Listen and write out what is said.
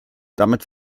damit